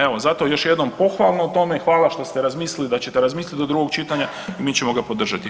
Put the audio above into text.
Evo zato još jednom pohvalno o tome, hvala što ste razmislili da ćete razmisliti do drugog čitanja i mi ćemo ga podržati.